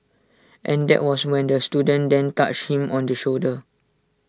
and that was when the student then touched him on the shoulder